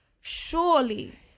surely